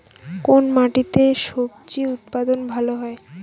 কোন মাটিতে স্বজি উৎপাদন ভালো হয়?